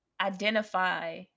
identify